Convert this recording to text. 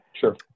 sure